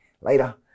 later